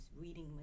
reading